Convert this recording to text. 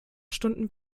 stunden